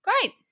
great